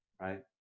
Right